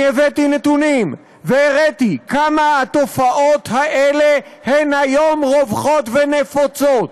אני הבאתי נתונים והראיתי כמה התופעות האלה הן היום רווחות ונפוצות: